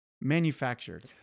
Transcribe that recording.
manufactured